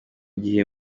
gihe